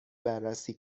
بررسی